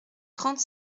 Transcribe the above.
trente